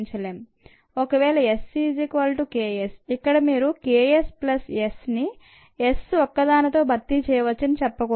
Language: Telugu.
ఒకవేళ S ≈KS ఇక్కడ మీరు K s ప్లస్ Sని S ఒక్క దానితో భర్తీచేయవచ్చని చెప్పకూడదు